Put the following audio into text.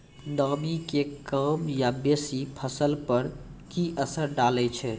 नामी के कम या बेसी फसल पर की असर डाले छै?